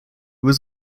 was